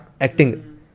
acting